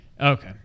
okay